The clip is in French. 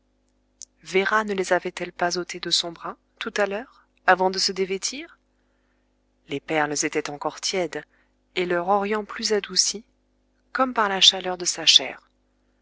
véra ne les avait-elle pas ôtées de son bras tout à l'heure avant de se dévêtir les perles étaient encore tièdes et leur orient plus adouci comme par la chaleur de sa chair